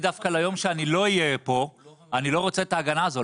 דווקא ליום שאני לא אהיה פה אני לא רוצה את ההגנה הזו,